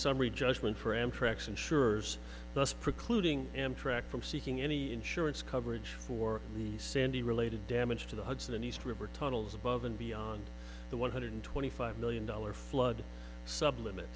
summary judgment for amtrak's insurers thus precluding amtrak from seeking any insurance coverage for the sandy related damage to the hudson and east river tunnels above and beyond the one hundred twenty five million dollars flood sub limi